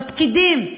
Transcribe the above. בפקידים,